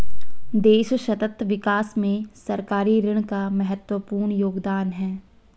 देश सतत विकास में सरकारी ऋण का महत्वपूर्ण योगदान है